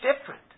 different